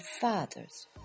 fathers